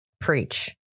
Preach